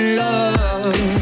love